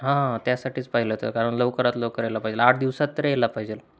हां हां त्यासाठीच पाहिलं होतं कारण लवकरात लवकर यायला पाहिजे आठ दिवसात तर यायला पाहिजे